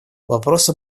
вопроса